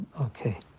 okay